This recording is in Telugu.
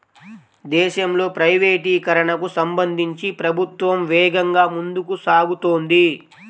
దేశంలో ప్రైవేటీకరణకు సంబంధించి ప్రభుత్వం వేగంగా ముందుకు సాగుతోంది